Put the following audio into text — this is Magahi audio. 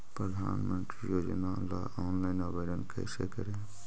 प्रधानमंत्री योजना ला ऑनलाइन आवेदन कैसे करे?